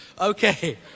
Okay